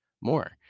more